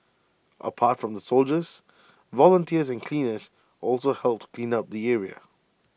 apart from the soldiers volunteers and cleaners also helped clean up the area